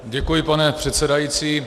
Děkuji, pane předsedající.